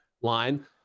line